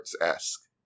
esque